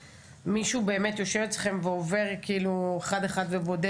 מישהו באמת יושב אצלכם ועובר על זה אחד-אחד ובודק?